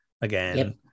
again